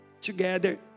together